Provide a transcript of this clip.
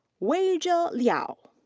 weizhi liao. liao.